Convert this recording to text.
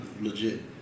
legit